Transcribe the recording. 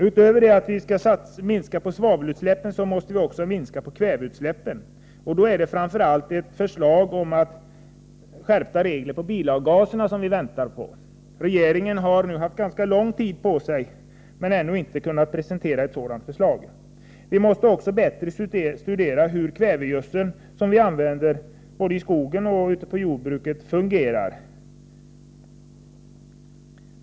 Utöver att vi skall minska svavelutsläppen måste vi minska kväveutsläppen också. Då gäller det framför allt ett förslag om skärpta regler för bilavgaser som vi väntar på. Regeringen har nu haft ganska lång tid på sig men ännu inte kunnat presentera ett sådant förslag. Vi måste också bättre studera hur kvävegödsel, som vi använder både i skogen och inom jordbruket, fungerar.